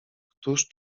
któż